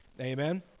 amen